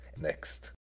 next